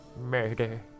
Murder